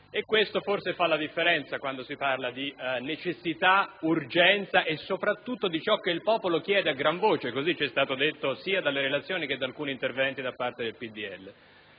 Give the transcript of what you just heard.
e questo forse fa la differenza quando si parla di necessità e di urgenza e soprattutto di ciò che il popolo chiede a gran voce, così ci è stato detto sia nelle relazioni che in alcuni interventi da parte di